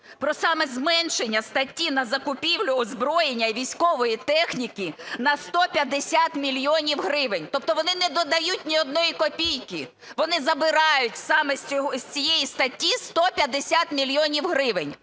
про саме зменшення статті на закупівлю озброєння військової техніки на 150 мільйонів гривень. Тобто вони не додають ні одної копійки, вони забирають саме з цієї статті 150 мільйонів гривень.